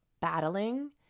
battling